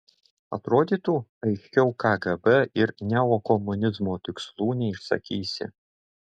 atrodytų aiškiau kgb ir neokomunizmo tikslų neišsakysi